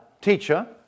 Teacher